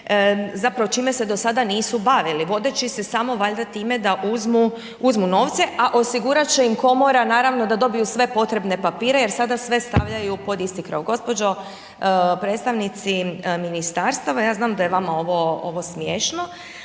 zapravo čim se do sada nisu bavili, vodeći se samo valjda time da uzmi novce, a osigurat će im komora, naravno, da dobiju sve potrebne papire jer sada sve stavljaju pod isti krov. Gđo. predstavnici ministarstava ja znam da je vama ovo smiješno,